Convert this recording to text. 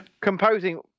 composing